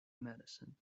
medicine